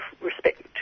respect